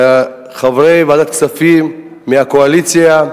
חברי ועדת כספים מהקואליציה,